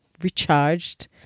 recharged